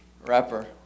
rapper